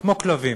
כמו כלבים.